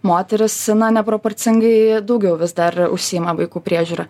moterys na neproporcingai daugiau vis dar užsiima vaikų priežiūra